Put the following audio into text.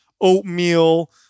oatmeal